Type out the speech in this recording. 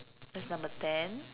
that's number ten